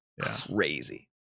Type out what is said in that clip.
crazy